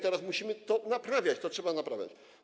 Teraz musimy to naprawiać, to trzeba naprawiać.